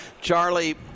Charlie